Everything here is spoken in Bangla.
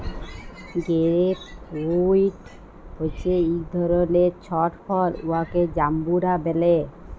গেরেপ ফ্রুইট হছে ইক ধরলের ছট ফল উয়াকে জাম্বুরা ব্যলে